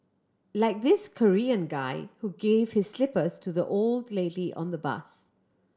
like this Korean guy who gave his slippers to the old lady on the bus